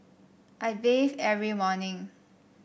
I bathe every morning